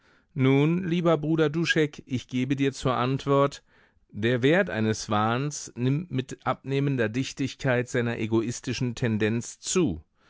nun lieber bruder duschek ich gebe dir zur antwort der wert eines wahns nimmt mit abnehmender dichtigkeit seiner egoistischen tendenz zu